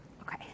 Okay